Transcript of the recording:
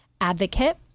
advocate